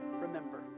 remember